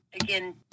again